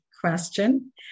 question